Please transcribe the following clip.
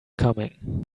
coming